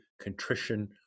contrition